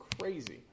crazy